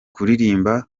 kuririmba